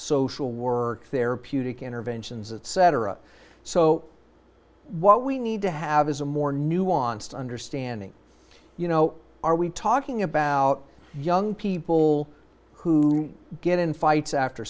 social work therapeutic interventions etc so what we need to have is a more nuanced understanding you know are we talking about young people who get in fights after